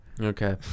Okay